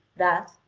that,